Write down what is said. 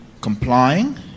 complying